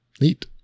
Neat